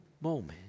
moment